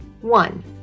One